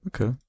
Okay